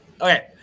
okay